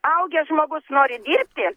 augęs žmogus nori dirbti